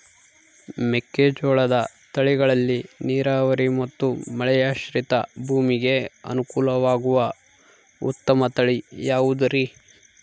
ಮೆಕ್ಕೆಜೋಳದ ತಳಿಗಳಲ್ಲಿ ನೇರಾವರಿ ಮತ್ತು ಮಳೆಯಾಶ್ರಿತ ಭೂಮಿಗೆ ಅನುಕೂಲವಾಗುವ ಉತ್ತಮ ತಳಿ ಯಾವುದುರಿ?